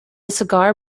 cigar